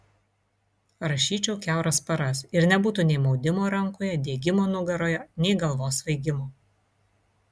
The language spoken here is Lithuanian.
rašyčiau kiauras paras ir nebūtų nei maudimo rankoje diegimo nugaroje nei galvos svaigimo